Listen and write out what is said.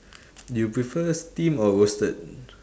you prefer steam or roasted